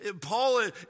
Paul